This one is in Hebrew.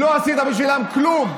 לא עשית בשבילם כלום.